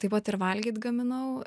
taip pat ir valgyt gaminau